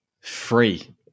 free